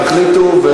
תחליטו.